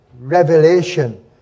revelation